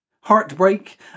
heartbreak